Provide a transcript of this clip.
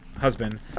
husband